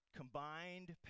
combined